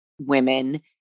women